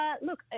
Look